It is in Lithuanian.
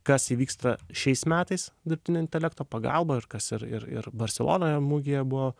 kas įvyksta šiais metais dirbtinio intelekto pagalba ir kas ir ir ir barselonoje mugėje buvo